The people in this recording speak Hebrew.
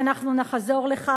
ואנחנו נחזור לכך,